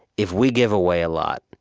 if we give away a lot,